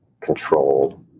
control